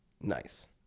Nice